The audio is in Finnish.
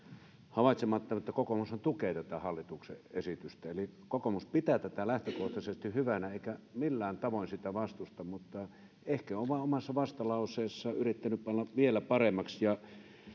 havaitsematta että kokoomushan tukee tätä hallituksen esitystä eli kokoomus pitää tätä lähtökohtaisesti hyvänä eikä millään tavoin tätä vastusta mutta ehkä on vain omassa vastalauseessaan yrittänyt panna vielä paremmaksi